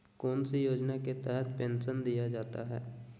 कौन सी योजना के तहत पेंसन दिया जाता है?